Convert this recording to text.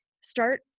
Start